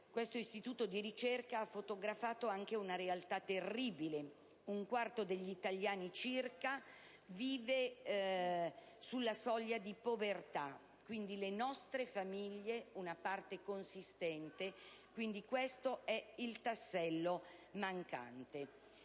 questo istituto di ricerca ha anche fotografato una realtà terribile. Un quarto degli italiani circa vive sulla soglia di povertà: le nostre famiglie, quindi, una parte consistente di esse. Questo è il tassello mancante.